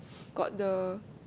got the